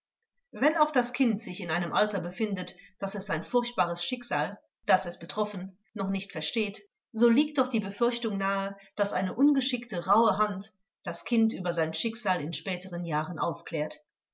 wenn auch das kind sich in einem alter befindet daß es sein furchtbares schicksal das es betroffen noch nicht versteht so liegt doch die befürchtung nahe daß eine ungeschickte rauhe hand das kind über sein schicksal in späteren jahren aufklärt